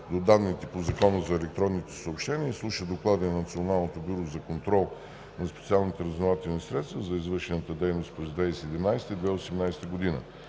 до данните по Закона за електронните съобщения изслуша доклади на Националното бюро за контрол на специалните разузнавателни средства за извършената дейност през 2017 г.